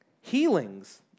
Healings